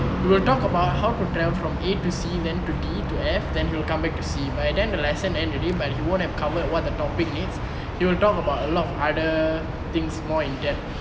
we will talk about how to travel from A to C then to D to F then we'll come back to C by then the lesson end already but he won't have covered what the topic needs he will talk about a lot of other things more in depth